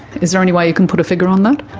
is there any way you can put a figure on that?